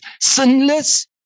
sinless